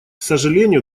сожалению